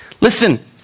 Listen